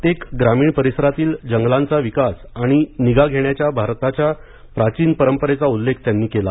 प्रत्येक ग्रामीण परिसरातील जंगलांचा विकास आणि निगा घेण्याच्या भारताच्या प्राचीन परंपरेचा उल्लेख त्यांनी केला